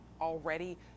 already